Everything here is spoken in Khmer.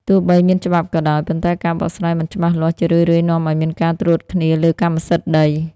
ទោះបីមានច្បាប់ក៏ដោយ ប៉ុន្តែការបកស្រាយមិនច្បាស់លាស់ជារឿយៗនាំឱ្យមានការត្រួតគ្នាលើកម្មសិទ្ធិដី។